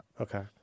Okay